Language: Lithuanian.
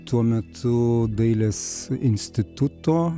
tuo metu dailės instituto